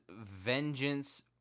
vengeance